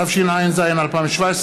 התשע"ז 2017,